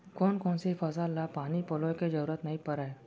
कोन कोन से फसल ला पानी पलोय के जरूरत नई परय?